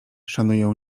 szanują